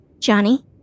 Johnny